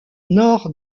nord